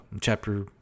Chapter